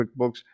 QuickBooks